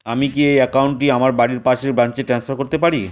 আমি কি এই একাউন্ট টি আমার বাড়ির পাশের ব্রাঞ্চে ট্রান্সফার করতে পারি?